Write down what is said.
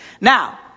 Now